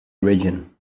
origin